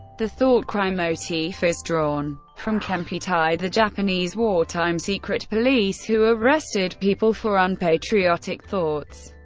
the thought crime motif is drawn from kempeitai, the japanese wartime secret police, who arrested people for unpatriotic thoughts.